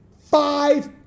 five